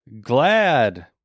glad